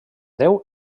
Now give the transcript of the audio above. déu